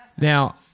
Now